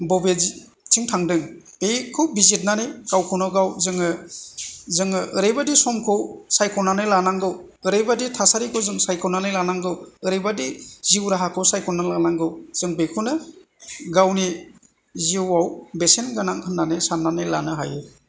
बबेथिं थांदों बेखौ बिजिरनानै गावखौनो गाव जोङो जोङो ओरैबादि समखौ सायख'नानै लानांगौ ओरैबादि थासारिखौ जों सायख'नानै लानांगौ ओरैबादि जिउ राहाखौ सायख'नानै लानांगौ जों बेखौनो गावनि जिउआव बेसेन गोनां होननानै साननानै लानो हायो